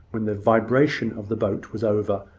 when the vibration of the boat was over,